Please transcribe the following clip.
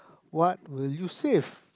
what will you save